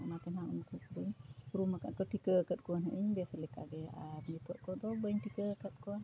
ᱚᱱᱟᱛᱮ ᱦᱟᱸᱜ ᱩᱱᱠᱩ ᱠᱚᱫᱚ ᱩᱨᱩᱢ ᱟᱠᱟᱫ ᱠᱚ ᱴᱷᱤᱠᱟᱹ ᱟᱠᱟᱫ ᱠᱚᱣᱟᱧ ᱦᱟᱜ ᱤᱧ ᱵᱮᱥ ᱞᱮᱠᱟ ᱜᱮᱭᱟ ᱟᱨ ᱱᱤᱛᱳᱜ ᱠᱚᱫᱚ ᱵᱟᱹᱧ ᱴᱷᱤᱠᱟᱹ ᱟᱠᱟᱫ ᱠᱚᱣᱟ